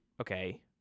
Okay